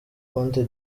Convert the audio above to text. cote